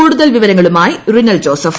കൂടുതൽ വിവരങ്ങളുമായി റിനൽ ജോസഫ്